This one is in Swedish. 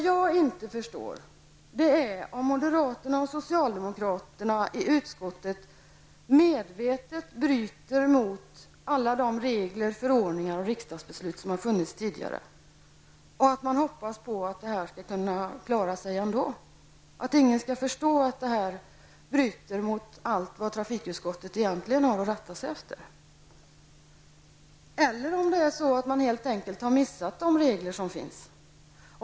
Jag förstår inte om moderaterna och socialdemokraterna i utskottet medvetet bryter mot alla de regler, förordningar och riksdagsbeslut som har funnits tidigare och hoppas på att kunna klara sig ändå, dvs. att ingen skall förstå att detta bryter mot allt vad trafikutskottet har att rätta sig efter. Eller har man helt enkelt missat vilka regler som finns?